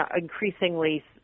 increasingly